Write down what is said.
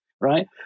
Right